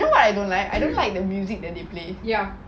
you know what I don't like I don't like the music they play